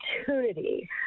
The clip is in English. opportunity